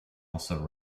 also